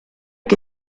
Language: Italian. che